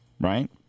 right